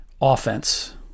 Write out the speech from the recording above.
offense